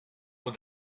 with